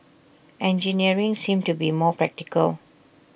engineering seemed to be more practical